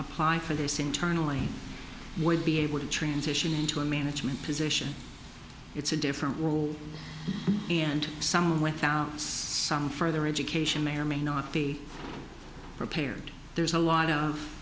apply for this internally would be able to transition into a management position it's a different world and someone without some further education may or may not be prepared there's a lot of